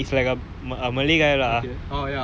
which [one] the guy you went to consult